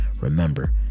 Remember